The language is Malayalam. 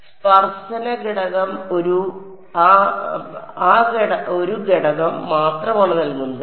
അതിനാൽ സ്പർശന ഘടകം ആ ഒരു ഘടകം മാത്രമാണ് നൽകുന്നത്